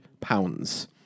pounds